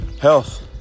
Health